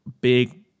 Big